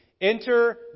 Enter